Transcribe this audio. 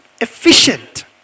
efficient